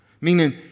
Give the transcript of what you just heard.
Meaning